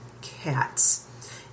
cats